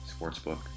sportsbook